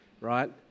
Right